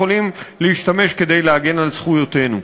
יכולים להשתמש כדי להגן על זכויותינו.